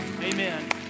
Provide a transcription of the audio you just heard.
Amen